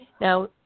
Now